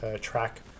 track